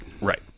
Right